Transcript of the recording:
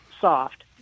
soft